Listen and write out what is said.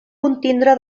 contindre